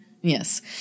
Yes